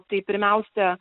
tai pirmiausia